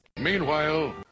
Meanwhile